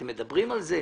אתם מדברים על זה?